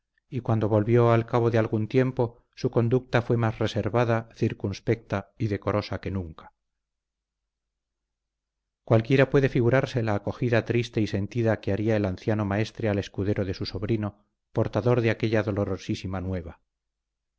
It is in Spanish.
y cuando volvió al cabo de algún tiempo su conducta fue más reservada circunspecta y decorosa que nunca cualquiera puede figurarse la acogida triste y sentida que haría el anciano maestre al escudero de su sobrino portador de aquella dolorosísima nueva